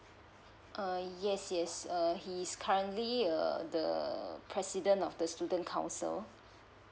uh yes yes err he is currently uh the president of the student council